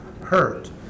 hurt